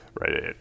right